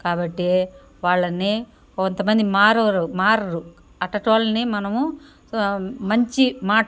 కాబట్టి వాళ్లని కొంత మంది మారేవరు మారరు అట్టాటోల్ని మనము మంచి మాట